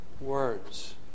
words